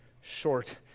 short